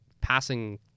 passing